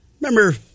Remember